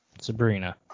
Sabrina